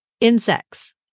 insects